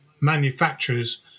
manufacturers